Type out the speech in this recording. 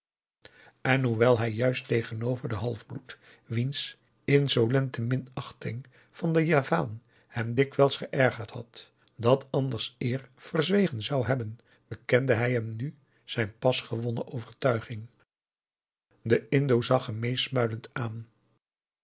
en hoewel hij juist tegenover den half bloed wiens insolente minachting van den javaan hem dikwijls geërgerd had dat anders eer verzwegen zou hebben bekende hij hem nu zijn pas gewonnen overtuiging de indo zag hem meesmuilend aan